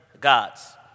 gods